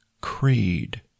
creed